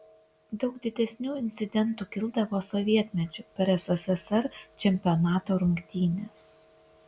daug didesnių incidentų kildavo sovietmečiu per sssr čempionato rungtynes